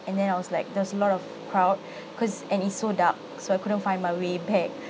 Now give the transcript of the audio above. and then I was like there's a lot of crowd cause and it's so dark so I couldn't find my way back